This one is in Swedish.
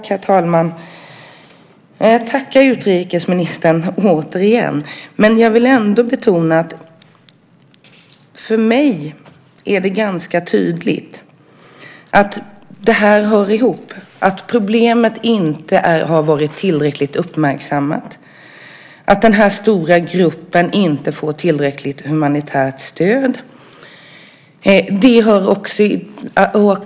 Herr talman! Jag tackar återigen utrikesministern, men jag vill ändå betona att det för mig är ganska tydligt att det här hör ihop. Problemet har inte varit tillräckligt uppmärksammat. Den här stora gruppen får inte tillräckligt humanitärt stöd.